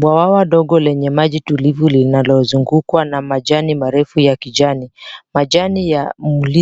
Bwawa dogo lenye maji tulivu linalozungukwa na majani marefu ya kijani. Majani